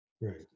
Right